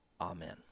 amen